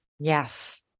Yes